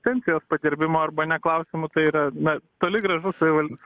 tenka pagerbimo arba ne klausimu tai yra na toli gražu savival